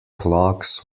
plaques